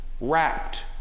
wrapped